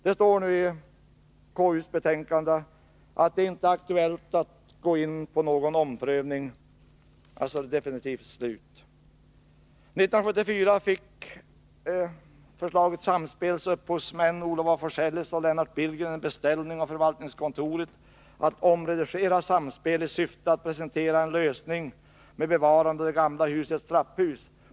I konstitutionsutskottets betänkande står det att det inte är ”aktuellt att gå in på någon omprövning i detta hänseende”. Ärendet är alltså definitivt slutbehandlat. 1974 fick upphovsmännen till förslaget Samspel — Olof af Forselles och Lennart Billgren — en beställning från förvaltningskontoret. Det gällde att omredigera förslaget Sampel i syfte att presentera en lösning som gick ut på att bevara det gamla husets trapphus.